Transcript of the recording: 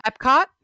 Epcot